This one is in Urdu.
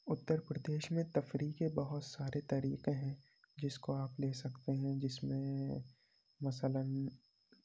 اتر پردیش میں تفریح کے بہت سارے طریقے ہیں جس کو آپ لے سکتے ہیں جس میں مثلاً